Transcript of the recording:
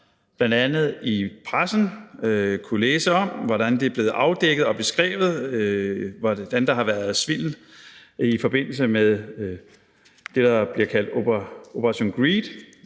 bl.a. i pressen kunnet læse om, hvordan det er blevet afdækket og beskrevet, hvordan der har været svindel i forbindelse med det, der bliver kaldt Operation Greed,